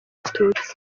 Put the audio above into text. abatutsi